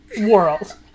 world